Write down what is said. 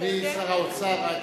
אדוני שר האוצר, רק